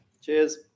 Cheers